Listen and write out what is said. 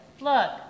look